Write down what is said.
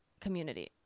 community